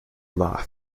laugh